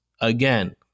again